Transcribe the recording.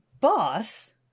boss